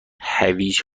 هویج